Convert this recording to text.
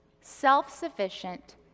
self-sufficient